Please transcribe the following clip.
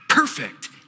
perfect